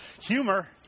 Humor